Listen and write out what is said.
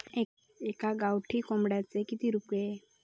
एका गावठी कोंबड्याचे कितके रुपये?